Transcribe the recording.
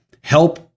help